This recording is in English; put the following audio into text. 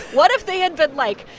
what if they had been, like,